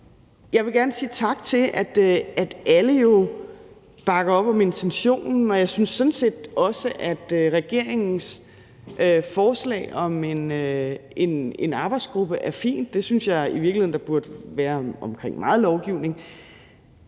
Jeg vil gerne sige tak for, at alle bakker op om intentionen, og jeg synes sådan set også, at regeringens forslag om en arbejdsgruppe er fint – det synes jeg i virkeligheden der burde være i forbindelse med meget lovgivning